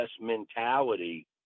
mentality